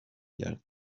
گردم